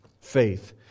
faith